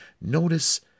Notice